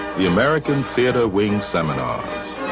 the american theatre wing's um and